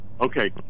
Okay